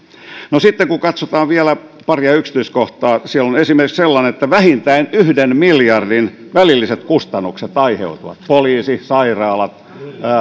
no sitten kun katsotaan vielä paria yksityiskohtaa niin siellä on esimerkiksi sellainen että aiheutuu vähintään yhden miljardin välilliset kustannukset poliisi sairaalat